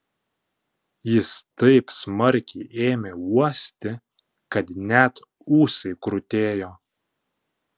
jis taip smarkiai ėmė uosti kad net ūsai krutėjo